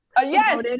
Yes